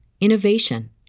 innovation